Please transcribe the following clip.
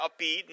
upbeat